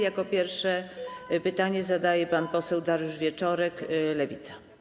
Jako pierwszy pytanie zada pan poseł Dariusz Wieczorek, Lewica.